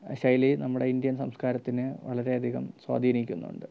ശൈലി നമ്മുടെ ഇന്ത്യൻ സംസ്കാരത്തിന് വളരെയധികം സ്വാധീനിക്കുന്നുണ്ട്